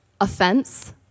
offense